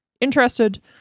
interested